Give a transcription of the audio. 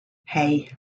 hey